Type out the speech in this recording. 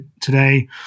today